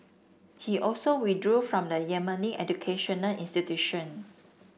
he also withdrew from the Yemeni educational institution